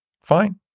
Fine